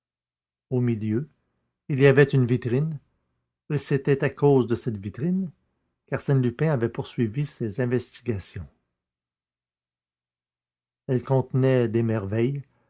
au milieu il y avait une vitrine et c'était à cause de cette vitrine qu'arsène lupin avait poursuivi ses investigations elle contenait des merveilles